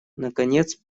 наконец